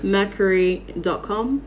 Mercury.com